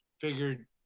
figured